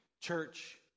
church